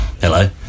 Hello